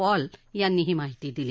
Paul यांनी ही माहिती दिली